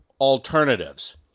alternatives